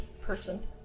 person